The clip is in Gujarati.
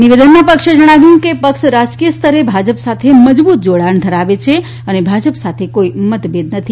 નિવેદનમાં પક્ષે જણાવ્યું છે કે પક્ષ રાજકીય સ્તરે ભાજપ સાથે મજબુત જોડાણ ધરાવે છે અને ભાજપ સાથે કોઇ મતભેદ નથી